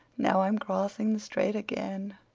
now i'm crossing the strait again.